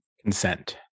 Consent